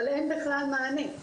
אבל אין בכלל מענה,